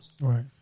Right